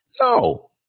No